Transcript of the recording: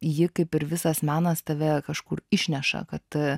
ji kaip ir visas menas tave kažkur išneša kad